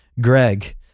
Greg